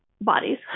bodies